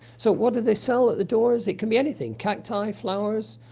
so, what do they sell at the doors? it can be anything. cacti, flowers,